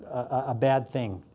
a bad thing.